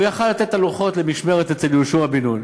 הוא יכול היה לתת את הלוחות למשמרת אצל יהושע בן נון,